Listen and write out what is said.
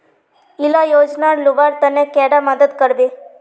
इला योजनार लुबार तने कैडा मदद करबे?